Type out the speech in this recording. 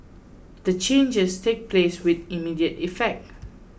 the changes take place with immediate effect